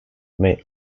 may